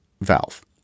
valve